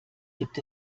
gibt